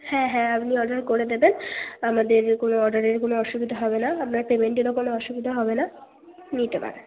হ্যাঁ হ্যাঁ আপনি অর্ডার করে দেবেন আমাদের রেগুলার অর্ডারে কোনো অসুবিধা হবে না আপনার পেমেন্টেরও কোনো অসুবিধা হবে না নিতে পারেন